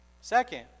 Second